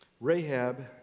Rahab